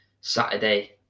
Saturday